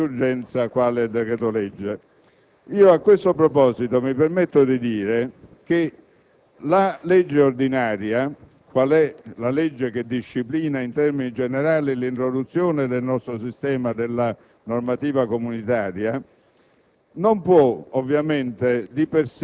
con l'utilizzazione di uno strumento di urgenza qual è il decreto-legge. A questo proposito mi permetto di dire che la legge ordinaria, che disciplina in termini generali l'introduzione nel nostro sistema della normativa comunitaria,